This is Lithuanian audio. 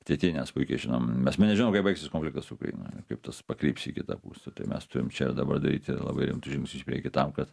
ateity nes puikiai žinom mes nežinom kaip baigsis konfliktas ukrainoj kaip tas pakryps į kitą pusę tai mes turim čia ir dabar daryti labai rimtus žingsnius į priekį tam kad